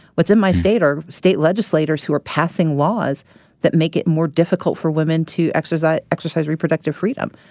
what's in my state are state legislators who are passing laws that make it more difficult for women to exercise exercise reproductive freedom,